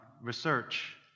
research